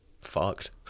fucked